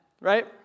right